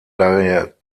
daher